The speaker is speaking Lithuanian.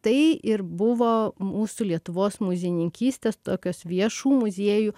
tai ir buvo mūsų lietuvos muziejininkystės tokios viešų muziejų